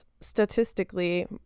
statistically